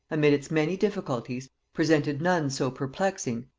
amid its many difficulties, presented none so perplexing,